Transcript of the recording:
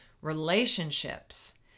relationships